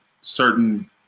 certain